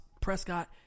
Prescott